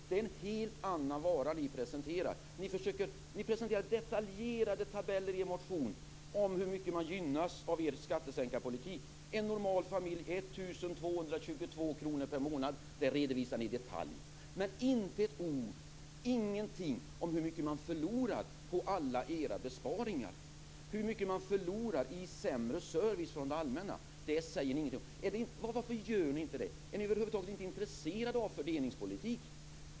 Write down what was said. Det är en helt annan vara ni presenterar. Ni presenterar detaljerade tabeller i en motion om hur mycket man gynnas av er skattesänkarpolitik. En normal familj tjänar 1 222 kr per månad. Det redovisar ni i detalj. Men ni säger inte ett ord - ingenting - om hur mycket man förlorar på alla era besparingar och om hur mycket man förlorar i sämre service från det allmänna. Det säger ni ingenting om. Varför gör ni inte det? Är ni över huvud taget inte intresserade av fördelningspolitik?